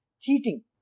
cheating